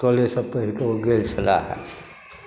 कॉलेजसँ पढ़िके ओ गेल छलाह हे